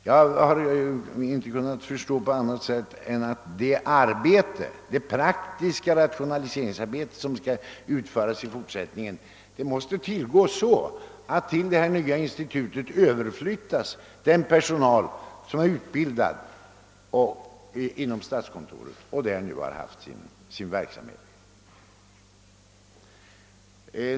Jag har inte kunnat förstå annat än att det praktiska rationaliseringsarbete som skall utföras i fortsättningen måste tillgå så att till det nya institutet överflyttas den personal som är utbildad inom statskontoret och där nu har sin verksamhet.